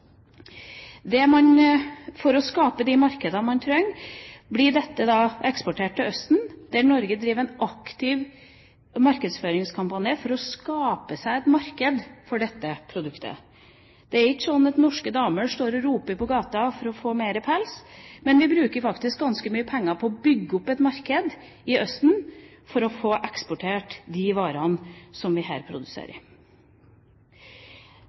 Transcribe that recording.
For å skape de markedene man trenger, blir dette eksportert til Østen, der Norge driver en aktiv markedsføringskampanje for å skape seg et marked for dette produktet. Det er ikke slik at norske damer står og roper på gata for å få mer pels, men vi bruker faktisk ganske mye penger på å bygge opp et marked i Østen for å få eksportert de varene som vi her produserer.